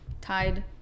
tied